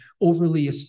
overly